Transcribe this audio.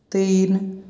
तीन